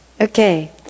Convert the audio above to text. Okay